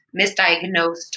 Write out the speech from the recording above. misdiagnosed